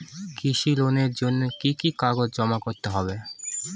কৃষি লোনের জন্য কি কি কাগজ জমা করতে হবে?